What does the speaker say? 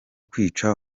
kwica